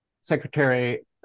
Secretary